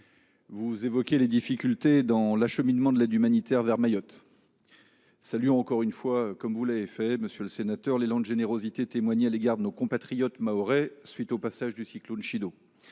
Vous évoquez les difficultés d’acheminement de l’aide humanitaire vers Mayotte. À cet égard, je salue encore une fois, comme vous l’avez fait, monsieur le sénateur, l’élan de générosité témoigné à l’égard de nos compatriotes mahorais après le passage du cyclone Chido.